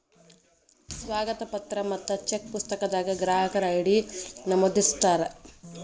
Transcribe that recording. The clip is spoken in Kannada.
ಸ್ವಾಗತ ಪತ್ರ ಮತ್ತ ಚೆಕ್ ಪುಸ್ತಕದಾಗ ಗ್ರಾಹಕರ ಐ.ಡಿ ನಮೂದಿಸಿರ್ತಾರ